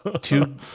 Two